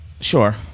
sure